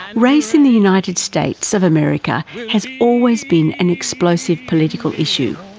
race in the united states of america has always been an explosive political issue.